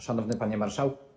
Szanowny Panie Marszałku!